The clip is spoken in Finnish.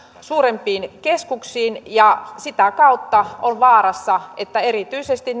suurempiin keskuksiin sitä kautta on vaara että erityisesti